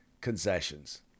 concessions